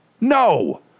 No